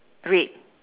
red